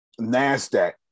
NASDAQ